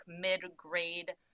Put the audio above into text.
mid-grade